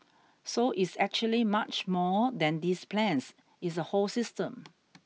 so it's actually much more than these plans it's a whole system